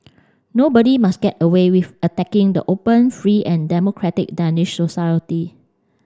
nobody must get away with attacking the open free and democratic Danish society